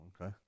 Okay